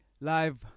Live